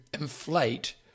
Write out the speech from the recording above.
inflate